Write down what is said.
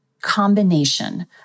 combination